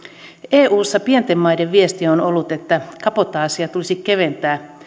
eussa pienten maiden viesti on ollut että kabotaasia tulisi keventää